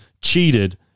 cheated